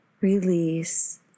release